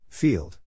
Field